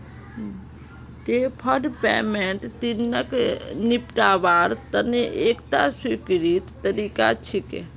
deferred payment ऋणक निपटव्वार तने एकता स्वीकृत तरीका छिके